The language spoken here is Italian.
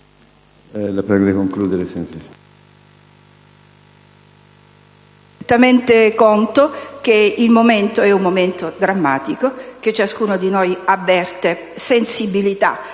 Mi avvio a concludere, signor Presidente.